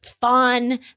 fun